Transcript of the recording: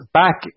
back